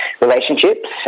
relationships